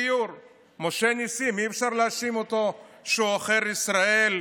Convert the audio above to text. משה נסים, אי-אפשר להאשים אותו שהוא עוכר ישראל,